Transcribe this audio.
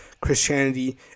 Christianity